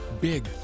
big